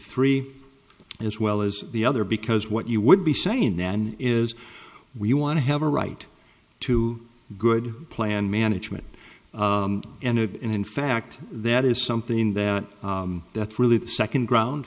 three as well as the other because what you would be saying then is we want to have a right to good plan management and in fact that is something that that's really the second ground